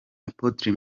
apotre